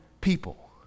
people